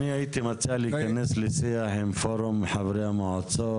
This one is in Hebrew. אני הייתי מציע להיכנס לשיח עם פורום חברי המועצות.